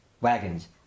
wagons